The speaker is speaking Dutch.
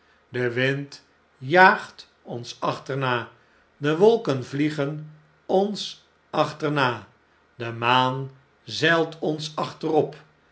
de wind jaagt ons achterna de wolken vliegen ons achterna de maan zeilt ons achterop